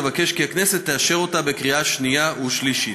אבקש כי הכנסת תאשר אותה בקריאה שנייה ושלישית.